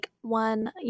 one